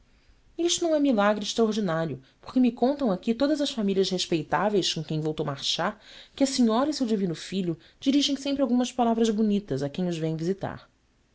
isto não é milagre extraordinário porque me contam aqui todas as famílias respeitáveis com quem vou tomar chá que a senhora e seu divino filho dirigem sempre algumas palavras bonitas a quem os vem visitar